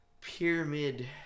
pyramid